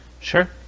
Sure